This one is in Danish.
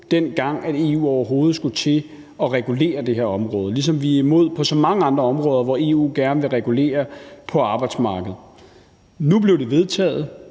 dengang EU overhovedet skulle til at regulere det her område, ligesom vi er imod på så mange andre områder, hvor EU gerne vil regulere på arbejdsmarkedet. Nu blev det vedtaget.